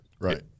Right